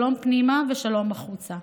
שלום פנימה ושלום החוצה,